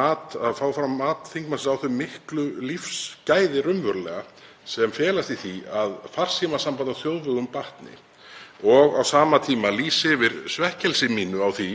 að fá fram mat þingmannsins á þeim miklu lífsgæðum sem felast í því að farsímasamband á þjóðvegum batni og á sama tíma að lýsa yfir svekkelsi mínu á því